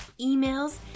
emails